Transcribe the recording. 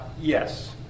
Yes